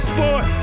Sport